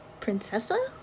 Princessa